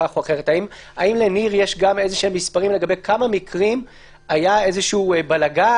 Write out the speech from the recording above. האם יש גם מספרים לגבי בכמה מקרים היה איזשהו בלגאן,